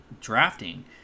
drafting